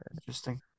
interesting